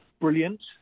brilliant